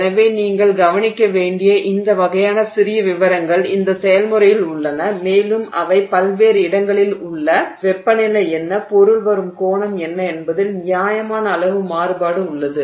எனவே நீங்கள் கவனிக்க வேண்டிய இந்த வகையான சிறிய விவரங்கள் இந்தச் செயல்முறையில் உள்ளன மேலும் அவை பல்வேறு இடங்களில் உள்ள வெப்பநிலை என்ன பொருள் வரும் கோணம் என்ன என்பதில் நியாயமான அளவு மாறுபாடு உள்ளது